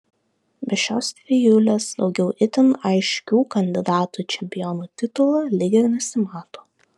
be šios trijulės daugiau itin aiškių kandidatų į čempiono titulą lyg ir nesimato